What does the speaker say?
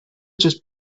just